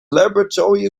laboratory